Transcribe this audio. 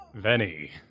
Venny